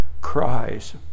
cries